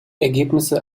ergebnisse